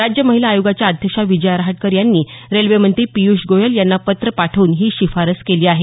राज्य महिला आयोगाच्या अध्यक्षा विजया रहाटकर यांनी रेल्वे मंत्री पियूष गोयल यांना पत्र पाठवून ही शिफारस केली आहे